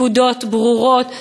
פקודות ברורות,